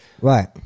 right